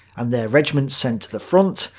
and their regiments sent to the front.